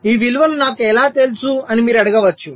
ఈ విలువలు నాకు ఎలా తెలుసు అని మీరు అడగవచ్చు